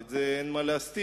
ואת זה אין מה להסתיר,